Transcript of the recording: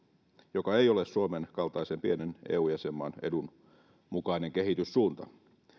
mikä ei ole suomen kaltaisen pienen eu jäsenmaan edun mukainen kehityssuunta